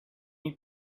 you